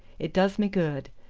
it does me good.